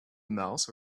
mouse